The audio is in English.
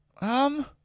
Um-